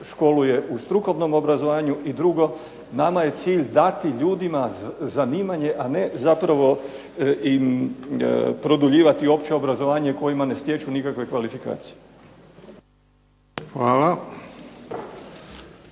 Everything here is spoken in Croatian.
školuje u strukovnom obrazovanju. I drugo, nama je cilj dati ljudima zanimanje, a ne zapravo im produljivati opće obrazovanje kojima ne stječu nikakve kvalifikacije.